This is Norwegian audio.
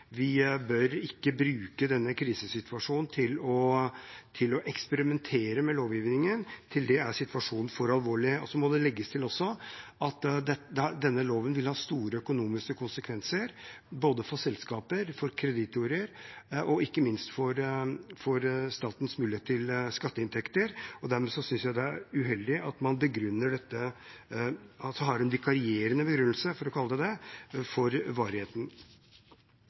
vi bør ikke bruke denne krisesituasjonen til å eksperimentere med lovgivningen. Til det er situasjonen for alvorlig. Så må det også legges til at denne loven vil ha store økonomiske konsekvenser både for selskaper, for kreditorer og ikke minst for statens mulighet til skatteinntekter. Dermed synes jeg det er uheldig at man har en vikarierende begrunnelse, for å kalle det det, for varigheten.